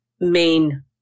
main